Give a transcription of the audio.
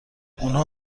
اونها